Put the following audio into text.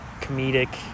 comedic